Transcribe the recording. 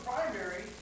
Primary